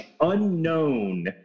unknown